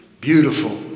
beautiful